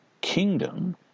kingdom